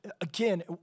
again